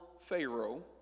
Pharaoh